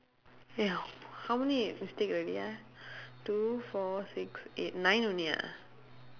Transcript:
!aiyo! how many mistake already ah two four six eight nine only ah